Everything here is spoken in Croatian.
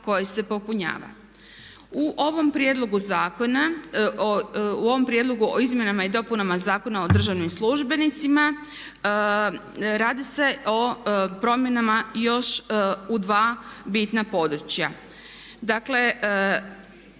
koje se popunjava. U ovom prijedlogu o izmjenama i dopunama Zakona o državnim službenicima radi se o promjenama još u dva bitna područja. Dakle,